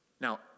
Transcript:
Now